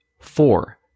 Four